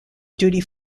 duty